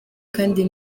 kandi